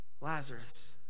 Lazarus